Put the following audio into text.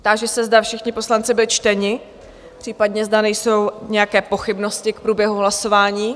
Táži se, zda všichni poslanci byli čteni, případně zda nejsou nějaké pochybnosti k průběhu hlasování?